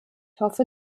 hoffe